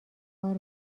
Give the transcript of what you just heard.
کار